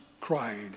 crying